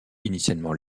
initialement